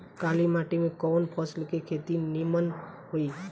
काली माटी में कवन फसल के खेती नीमन होई?